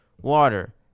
water